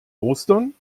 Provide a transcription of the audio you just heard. ostern